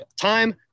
time